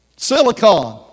Silicon